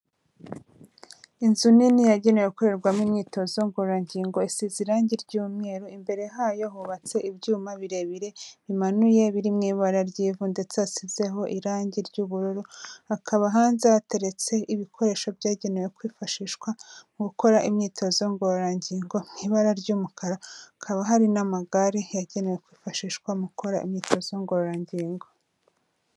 Inzu nini yagenewe gukorerwamo imyitozo ngororangingo, isize irangi ry'umweru, imbere hayo hubatse ibyuma birebire bimanuye biri mu ibara ry'ivu, ndetse asizeho irangi ry'ubururu, hakaba hanze hateretse ibikoresho byagenewe kwifashishwa mu gukora imyitozo ngororangingo, nk'ibara ry'umukara, hakaba hari n'amagare yagenewe kwifashishwa mu gukora imyitozo ngororangingo.